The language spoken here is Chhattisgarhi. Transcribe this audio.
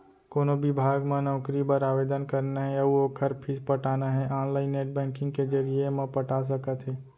कोनो बिभाग म नउकरी बर आवेदन करना हे अउ ओखर फीस पटाना हे ऑनलाईन नेट बैंकिंग के जरिए म पटा सकत हे